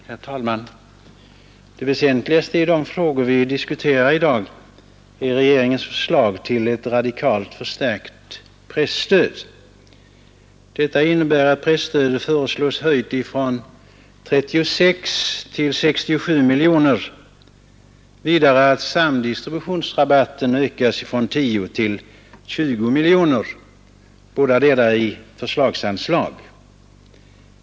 Herr talman! Den väsentligaste av de frågor vi diskuterar i dag är regeringens förslag till ett radikalt förstärkt presstöd. Det innebär att stödet föreslås höjt från 36 till 67 miljoner kronor, vidare att samdistributionsrabatten ökas från 10 till 20 miljoner kronor, bådadera förslagsanslag.